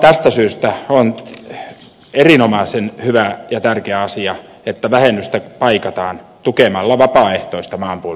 tästä syystä on erinomaisen hyvä ja tärkeä asia että vähennystä paikataan tukemalla vapaaehtoista maanpuolustustyötä